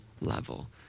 level